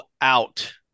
out